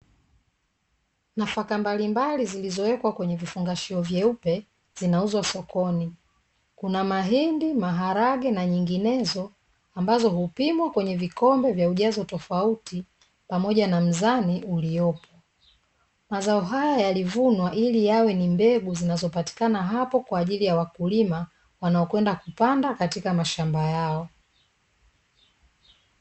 Nafaka mbalimbali zilizowekwa kwenye vifungashio vyeupe zinauzwa sokoni. Kuna mahindi, maharage na nyinginezo; ambazo hupimwa kwenye vikombe vya ujazo tofauti pamoja na mzani uliopo. Mazao haya yalivunwa ili yawe ni mbegu zinazopatikana hapo kwa ajili ya wakulima wanaokwenda kupanda katika mashamba yao.